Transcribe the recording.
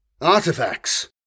Artifacts